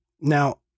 Now